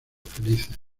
felices